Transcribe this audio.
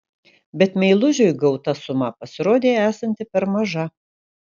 bet meilužiui gauta suma pasirodė esanti per maža